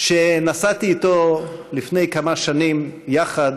כשנסעתי איתו לפני כמה שנים יחד,